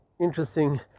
interesting